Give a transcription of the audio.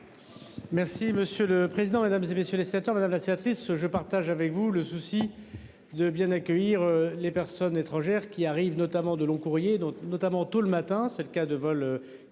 Merci monsieur le président, Mesdames, et messieurs les sénateurs, madame la sénatrice, je partage avec vous le souci de bien accueillir les personnes étrangères qui arrivent notamment de longs courriers donc notamment tout le matin, c'est le cas de vol,